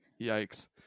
yikes